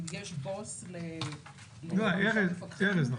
אם יש בוס ל --- לא, ארז הוא המפקח.